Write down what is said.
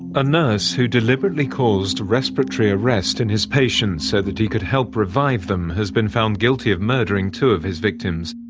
a nurse who deliberately caused respiratory arrest in his patients so that he could help revive them has been found guilty of murdering two of his victims.